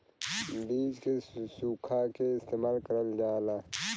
बीज के सुखा के इस्तेमाल करल जाला